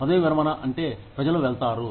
పదవీ విరమణ అంటే ప్రజలు వెళ్తారు